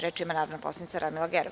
Reč ima narodna poslanica Radmila Gerov.